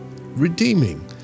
Redeeming